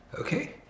okay